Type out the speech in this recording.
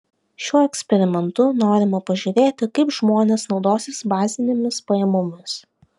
šiuo eksperimentu norima pažiūrėti kaip žmonės naudosis bazinėmis pajamomis